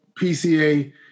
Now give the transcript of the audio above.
PCA